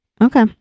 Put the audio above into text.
Okay